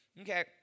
okay